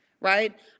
Right